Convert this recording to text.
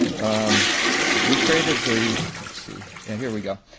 um we traded the, let's see, yeah here we go,